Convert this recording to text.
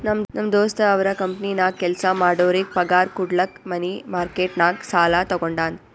ನಮ್ ದೋಸ್ತ ಅವ್ರ ಕಂಪನಿನಾಗ್ ಕೆಲ್ಸಾ ಮಾಡೋರಿಗ್ ಪಗಾರ್ ಕುಡ್ಲಕ್ ಮನಿ ಮಾರ್ಕೆಟ್ ನಾಗ್ ಸಾಲಾ ತಗೊಂಡಾನ್